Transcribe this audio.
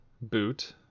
boot